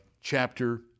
chapter